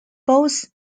both